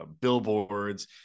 billboards